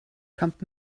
kommt